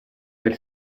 del